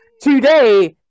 Today